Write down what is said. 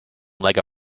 lega